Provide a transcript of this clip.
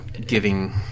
giving